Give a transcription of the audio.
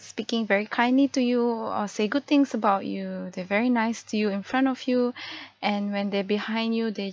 speaking very kindly to you or say good things about you they're very nice to you in front of you and when they're behind you they